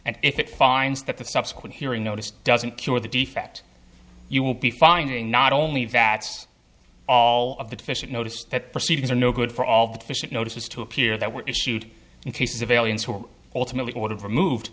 and if it finds that the subsequent hearing notice doesn't cure the defect you will be finding not only vats all of the fish and noticed that proceedings are no good for all the fish notices to appear that were issued in cases of aliens who ultimately ordered for moved